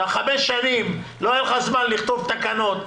שחמש שנים לא היה לך זמן לכתוב תקנות,